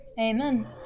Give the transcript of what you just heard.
Amen